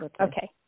okay